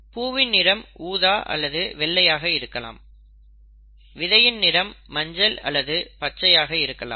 பூவின் நிறம் ஊதா அல்லது வெள்ளையாக இருக்கலாம் விதையின் நிறம் மஞ்சள் அல்லது பச்சையாக இருக்கலாம்